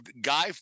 guy